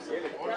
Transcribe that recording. שיהיה בהצלחה.